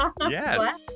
Yes